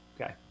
Okay